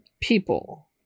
people